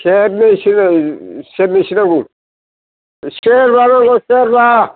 सेरनैसो सेरनैसो नांगौ सेरबा नांगौ सेरबा सेरबा